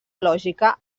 lògica